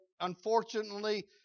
unfortunately